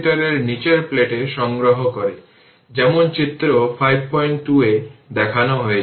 সুতরাং যেহেতু সার্কিটটি প্রাথমিকভাবে দীর্ঘ সময়ের জন্য ক্লোজ ছিল এবং সেই সময়ে ইন্ডাক্টর কীভাবে আচরণ করবে